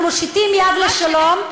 אנחנו מושיטים יד לשלום,